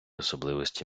особливості